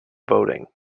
voting